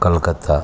Calcutta